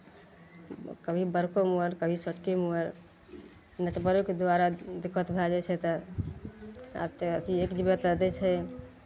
कभी बड़को मोबाइल कभी छोटके मोबाइल नेटवर्कके दुआरा दिक्कत भए जाइ छै तऽ एतएक अथी एक जी बी तऽ दै छै